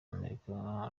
amerika